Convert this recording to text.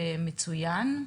ומצויין.